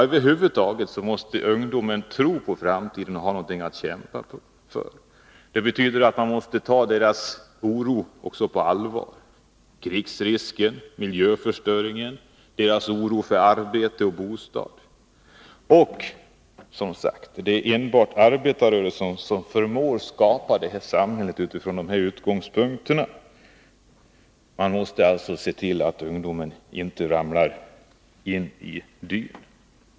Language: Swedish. Över huvud taget måste ungdomarna tro på framtiden och ha något att kämpa för. Man måste ta på allvar deras oro för krigsrisker, miljöförstöring, arbete och bostad. Enbart arbetarrörelsen förmår skapa ett samhälle utifrån dessa utgångspunkter. Man måste alltså se till att ungdomen inte ramlar ned i dyn.